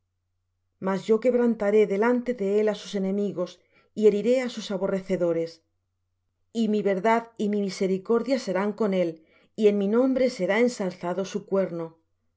mas yo quebrantaré delante de él á sus enemigos y heriré á sus aborrecedores y mi verdad y mi misericordia serán con él y en mi nombre será ensalzado su cuerno